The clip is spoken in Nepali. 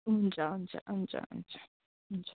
हुन्छ हुन्छ हुन्छ हुन्छ हुन्छ